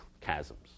chasms